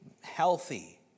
healthy